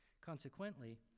Consequently